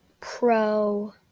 pro